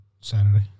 Saturday